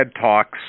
Talks